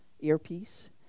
earpiece